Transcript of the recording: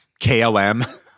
KLM